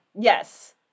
Yes